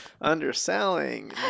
Underselling